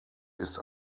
ist